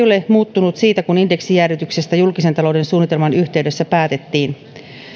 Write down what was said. ole muuttunut siitä kun indeksijäädytyksestä julkisen talouden suunnitelman yhteydessä päätettiin